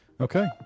Okay